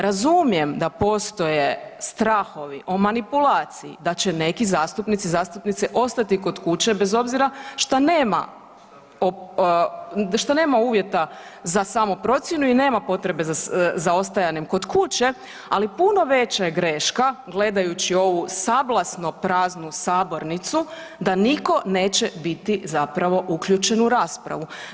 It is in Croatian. Razumijem da postoje strahovi o manipulaciji da će neki zastupnici, zastupnice ostati kod kuće bez obzira šta nema, šta nema uvjeta za samoprocjenu i ne potrebe za ostajanjem kod kuće, ali puno je veća greška gledajući ovu sablasno praznu sabornicu da nitko zapravo neće biti zapravo uključen u raspravu.